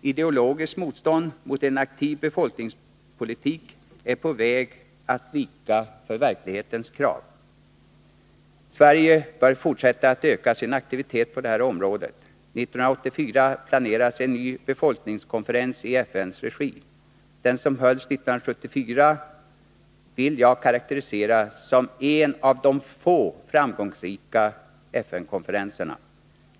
ideologiskt motstånd mot en aktiv befolkningspolitik är på väg att vika för verklighetens krav. Sverige bör fortsätta att öka sin aktivitet på det här området. År 1984 planeras en ny befolkningskonferens i FN:s regi. Den som hölls 1974 vill jag karakterisera som en av de få framgångsrika FN-konferenserna.